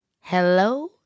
Hello